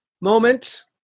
moment